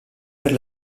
per